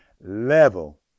level